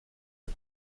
are